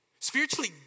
Spiritually